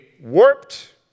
warped